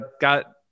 got